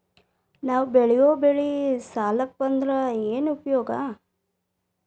ನಾವ್ ಬೆಳೆಯೊ ಬೆಳಿ ಸಾಲಕ ಬಂದ್ರ ಏನ್ ಉಪಯೋಗ?